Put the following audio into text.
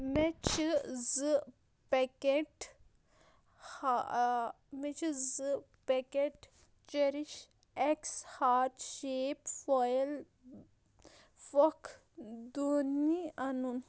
مےٚ چھِ زٕ پیکٮ۪ٹ ہا مےٚ چھِ زٕ پیکٮ۪ٹ چیٚرِش اٮ۪کس ہارٹ شیپ فویل پھۄکہٕ دوٗنی اَنُن